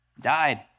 died